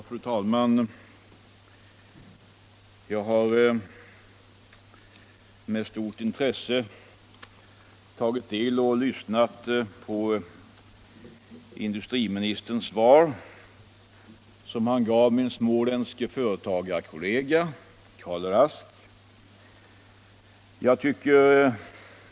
Fru talman! Jag har med stort intresse tagit del av och lyssnat på industriministerns svar till min småländske företagarkollega herr Rask.